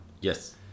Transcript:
Yes